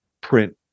print